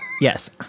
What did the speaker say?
Yes